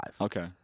Okay